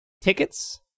tickets